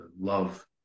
love